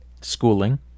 Schooling